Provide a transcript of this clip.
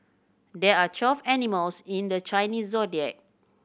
there are twelve animals in the Chinese Zodiac